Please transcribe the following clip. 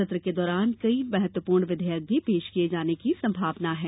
सत्र के दौरान कई महत्वपूर्ण विधेयक भी पेश किये जाने की आशा है